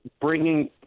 bringing